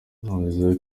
yongeyeho